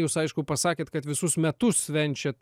jūs aišku pasakėt kad visus metus švenčiat